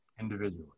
individually